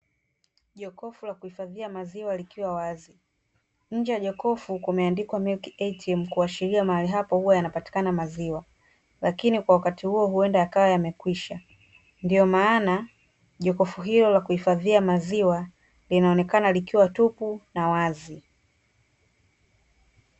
Jokofu la kuhifadhia maziwa likiwa wazi nje ya jokofu kumeandikwa ''Milk ATM'' kuashiria mahari hapo huwa panapatikana maziwa lakini kwa wakati huo huenda yakawa yamekwisha ndio maana jokofu hilo la kuhifadhia maziwa linaonekana likiwa tupu na wazi